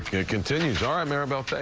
it continues. ah and maribel, thanks.